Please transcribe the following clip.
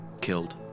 killed